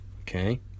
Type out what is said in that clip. okay